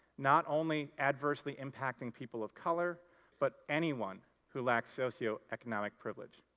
not only adversely impacting people of color but anyone who lacks socioeconomic privilege.